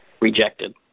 rejected